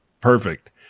Perfect